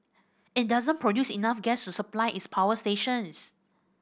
it doesn't produce enough gases to supply its power stations